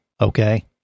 Okay